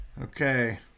okay